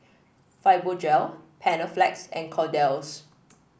Fibogel Panaflex and Kordel's